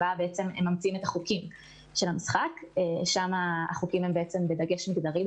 שבה הם ממציאים את חוקי המשחק ושם החוקים הם דווקא בדגש מגדרי.